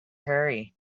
hurry